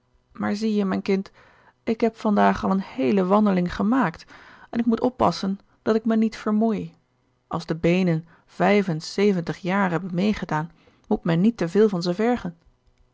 maar zie je mijn kind ik heb van daag al eene heele wandeling gemaakt en ik moet oppassen dat ik me niet vermoei als de beenen vijf en zeventig jaar hebben meêgedaan moet men niet te veel van ze vergen